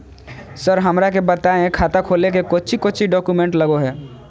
Sir हमरा के बताएं खाता खोले में कोच्चि कोच्चि डॉक्यूमेंट लगो है?